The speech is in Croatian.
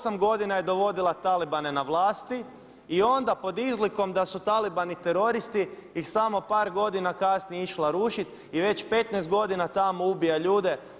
8 godina je dovodila talibane na vlast i onda pod izlikom da su talibani teroristi ih samo par godina kasnije išla rušit i već 15 godina tamo ubija ljude.